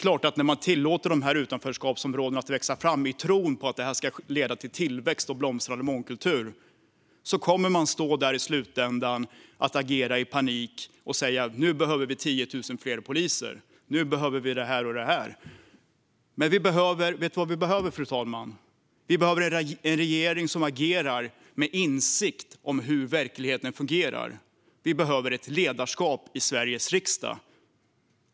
När man tillåter dessa utanförskapsområden att växa fram i tron att det ska leda till tillväxt och en blomstrande mångkultur är det klart att man i slutändan kommer att stå där och behöva agera i panik och säga: Nu behöver vi 10 000 fler poliser! Nu behöver vi det här och det här! Men vet du vad vi behöver, fru talman? Vi behöver en regering som agerar med insikt om hur verkligheten fungerar. Vi behöver ett ledarskap i Sveriges riksdag.